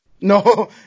No